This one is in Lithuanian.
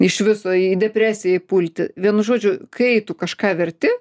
iš viso į depresiją pulti vienu žodžiu kai tu kažką verti